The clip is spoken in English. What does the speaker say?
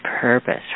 purpose